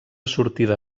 sortida